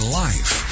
life